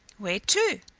where to?